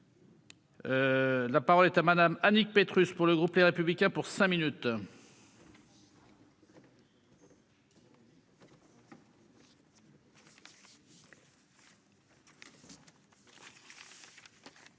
La parole est à madame Annick Petrus pour le groupe Les Républicains pour cinq minutes.--